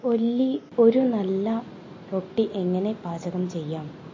ഒല്ലി ഒരു നല്ല റൊട്ടി എങ്ങനെ പാചകം ചെയ്യാം